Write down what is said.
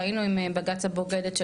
ראינו עם בג"צ הבוגדת,